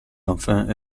enfin